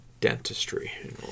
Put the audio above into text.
Dentistry